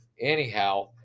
anyhow